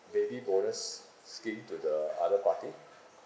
baby bonus scheme to the other party